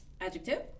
Adjective